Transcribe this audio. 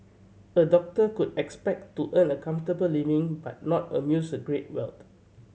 a doctor could expect to earn a comfortable living but not amuse a great wealth